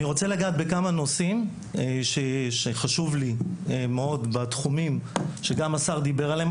אני רוצה לגעת בכמה נושאים שגם השר דיבר עליהם.